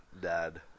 dad